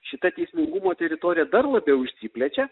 šita teisingumo teritorija dar labiau išsiplečia